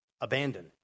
abandon